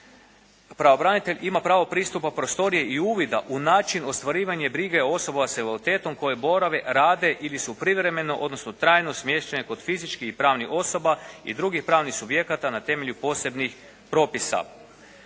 Pravobranitelj ima pravo pristupa prostoriji i pravo uvida u način ostvarivanje brige osoba sa invaliditetom koje borave, rade ili su privremeno odnosno trajno smještene kod fizičkih i pravnih osoba i drugih pravnih subjekata na temelju posebnih propisa.